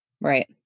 Right